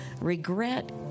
Regret